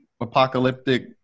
apocalyptic